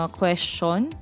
question